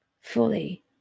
fully